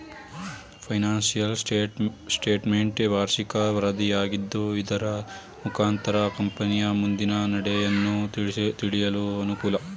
financial statement ವಾರ್ಷಿಕ ವರದಿಯಾಗಿದ್ದು ಇದರ ಮುಖಾಂತರ ಕಂಪನಿಯ ಮುಂದಿನ ನಡೆಯನ್ನು ತಿಳಿಯಲು ಅನುಕೂಲ